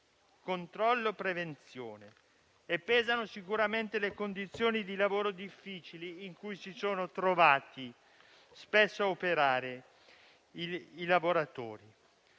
controllo e prevenzione. Pesano poi certamente le condizioni di lavoro difficili in cui si sono trovati spesso a operare i lavoratori.